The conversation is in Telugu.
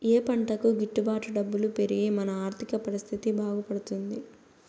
ఏ పంటకు గిట్టు బాటు డబ్బులు పెరిగి మన ఆర్థిక పరిస్థితి బాగుపడుతుంది?